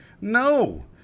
no